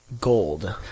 gold